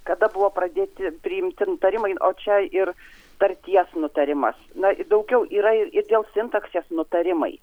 kada buvo pradėti priimti nutarimai o čia ir tarties nutarimas na daugiau yra ir dėl sintaksės nutarimai